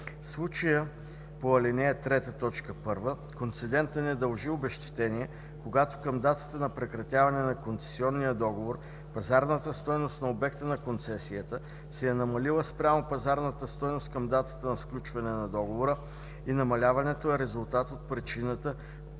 случая по ал. 3, т. 1 концедентът не дължи обезщетение, когато към датата на прекратяване на концесионния договор пазарната стойност на обекта на концесията се е намалила спрямо пазарната стойност към датата на сключване на договора и намаляването е резултат от причината,